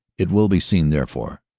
it will be seen, therefore,